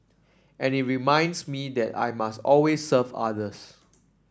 and it reminds me that I must always serve others